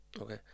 Okay